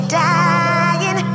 dying